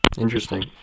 interesting